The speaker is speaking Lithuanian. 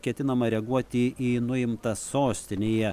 ketinama reaguoti į nuimtą sostinėje